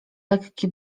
lekki